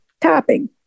Topping